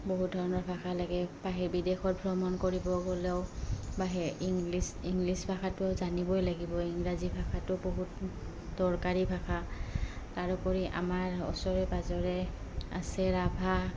বহুত ধৰণৰ ভাষা লাগে বাহিৰ বিদেশত ভ্ৰমণ কৰিব গ'লেও বা সেই ইংলিছ ইংলিছ ভাষাটোও জানিবই লাগিব ইংৰাজী ভাষাটো বহুত দৰকাৰী ভাষা তাৰোপৰি আমাৰ ওচৰে পাঁজৰে আছে ৰাভা